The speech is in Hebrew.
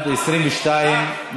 אנחנו עוברים להצבעה.